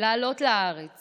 לעלות לארץ